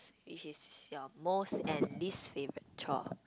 which is your most and least favourite chore